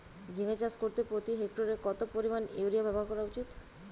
ঝিঙে চাষ করতে প্রতি হেক্টরে কত পরিমান ইউরিয়া ব্যবহার করা উচিৎ?